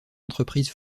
entreprise